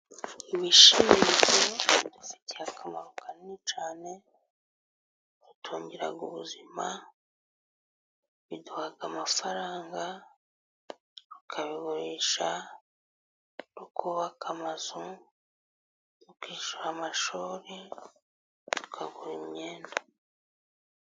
Ibishyimbo fitiye akamaro kanini cyane: bidutungira ubuzima, biduhaka amafaranga, tukabigurisha tukubaka amazu, tukishyura amashuri, tukagura imyenda.